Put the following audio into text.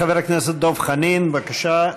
חבר הכנסת דב חנין, בבקשה.